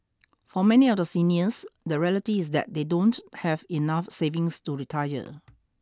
for many of the seniors the reality is that they don't have enough savings to retire